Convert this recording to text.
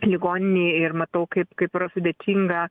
ligoninėj ir matau kaip kaip yra sudėtinga